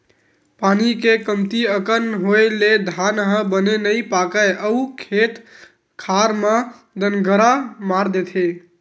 पानी के कमती अकन होए ले धान ह बने नइ पाकय अउ खेत खार म दनगरा मार देथे